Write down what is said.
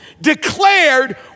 declared